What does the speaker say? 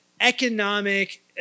economic